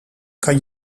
kan